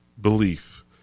belief